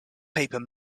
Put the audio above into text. paper